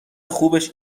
خوبش